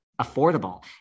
affordable